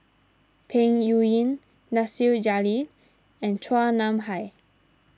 Peng Yuyun Nasir Jalil and Chua Nam Hai